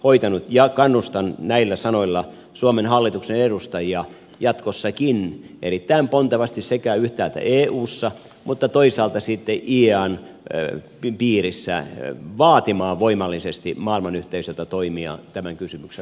kannustan näillä sanoilla suomen hallituksen edustajia jatkossakin erittäin pontevasti yhtäältä eussa mutta toisaalta sitten iaean piirissä vaatimaan voimallisesti maailmanyhteisöltä toimia tämän kysymyksen ratkaisemiseksi